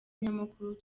nyamukuru